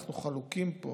אנחנו חלוקים פה